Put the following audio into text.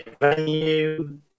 venue